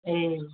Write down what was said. ए